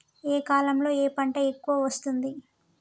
ఏ కాలంలో ఏ పంట ఎక్కువ వస్తోంది?